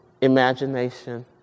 Imagination